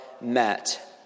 met